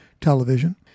television